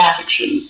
fiction